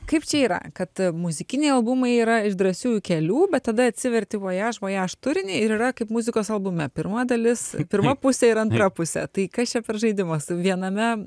kaip čia yra kad muzikiniai albumai yra iš drąsiųjų kelių bet tada atsiverti vojaž vojaž turinį ir yra kaip muzikos albume pirma dalis pirma pusė ir antra pusė tai kas čia per žaidimas viename